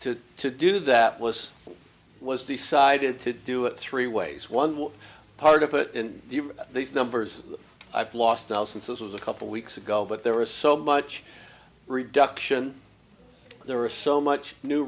to to do that was was decided to do it three ways one part of it in these numbers i've lost thousands this was a couple weeks ago but there was so much reduction there are so much new